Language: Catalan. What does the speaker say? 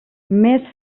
més